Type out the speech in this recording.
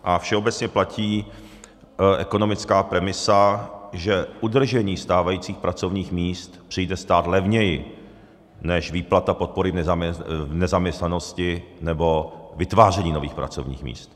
A všeobecně platí ekonomická premisa, že udržení stávajících pracovních míst přijde stát levněji než výplata podpory v nezaměstnanosti nebo vytváření nových pracovních míst.